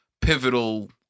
pivotal